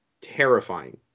terrifying